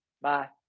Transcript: Bye